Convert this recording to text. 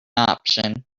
option